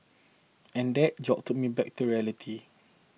and that jolted me back to reality